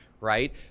right